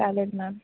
चालेल मॅम